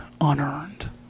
unearned